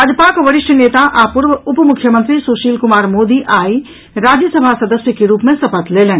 भाजपाक वरिष्ठ नेता आ पूर्व उप मुख्यमंत्री सुशील कुमार मोदी आई राज्यसभा सदस्य के रूप मे शपथ लेलनि